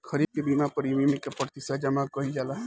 खरीफ के बीमा प्रमिएम क प्रतिशत जमा कयील जाला?